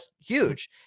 huge